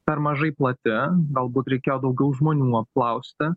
per mažai plati galbūt reikėjo daugiau žmonių apklausti